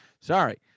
Sorry